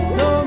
no